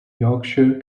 yorkshire